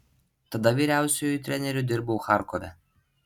tada vyriausiuoju treneriu dirbau charkove